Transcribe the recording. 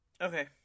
Okay